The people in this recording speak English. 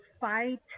fight